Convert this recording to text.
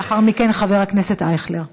לאחר מכן, חבר הכנסת אייכלר.